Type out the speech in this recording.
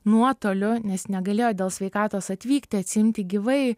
nuotoliu nes negalėjo dėl sveikatos atvykti atsiimti gyvai